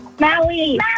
Maui